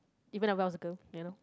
even when I was a girl you know